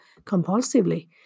compulsively